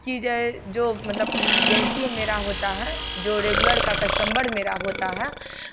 कि जो मतलब गहिंकी मेरा होता है जो रेगुलर का कस्टमर मेरा होता है